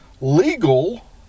legal